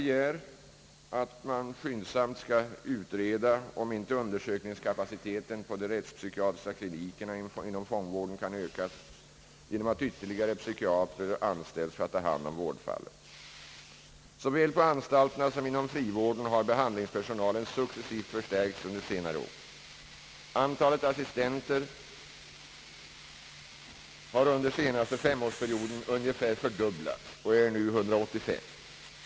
a. begär reservanterna att man skyndsamt skall utreda om inte undersökningskapaciteten på de rättspsykiatriska klinikerna kan ökas genom att ytterligare psykiatrer anställs för att ta hand om vårdfallen. Såväl på anstalterna som inom frivården har behandlingspersonalen successivt förstärkts under senare år. Antalet assistenter har under den senaste femårsperioden ungefär fördubblats och är nu totalt 185.